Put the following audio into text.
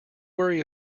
worry